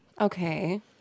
Okay